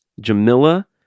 jamila